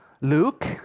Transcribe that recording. luke